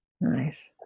Nice